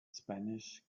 spanish